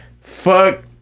fuck